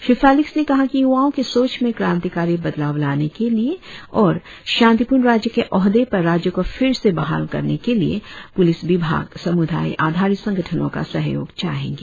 Shri Felix ने कहा कि युवाओं के सोच में क्रांतिकरी बदलाव लाने के लिए और शांतिपूर्ण राज्य के ओहदे पर राज्य को फिर से बहाल करने के लिए पुलिस विभाग समुदाय आधारित संगठनों का सहयोग चाहेंगे